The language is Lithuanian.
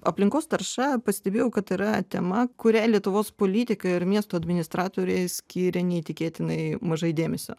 aplinkos tarša pastebėjau kad yra tema kuriai lietuvos politikai ir miesto administratoriai skiria neįtikėtinai mažai dėmesio